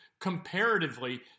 comparatively